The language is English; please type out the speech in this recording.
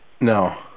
No